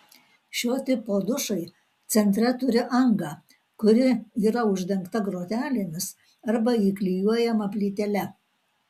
šio tipo dušai centre turi angą kuri yra uždengta grotelėmis arba įklijuojama plytele